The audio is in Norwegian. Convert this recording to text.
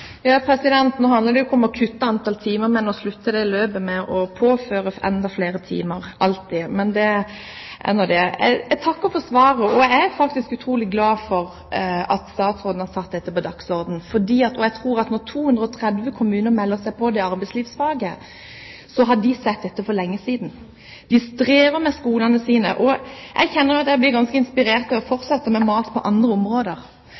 Nå handler jo det ikke om å kutte i antallet timer, men å slutte det løpet med alltid å påføre enda flere timer. Men det er nå det. Jeg takker for svaret og er faktisk utrolig glad for at statsråden har satt dette på dagsordenen. Jeg tror at når 230 kommuner melder seg til et forsøk med arbeidslivfaget, har de sett dette for lenge siden. De strever med skolene sine. Jeg kjenner at jeg blir ganske inspirert til å fortsette med å mase – på andre områder.